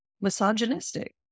misogynistic